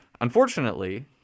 Unfortunately